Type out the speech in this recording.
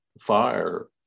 fire